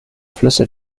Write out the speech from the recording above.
flüsse